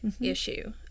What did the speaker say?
issue